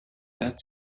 that